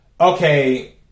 okay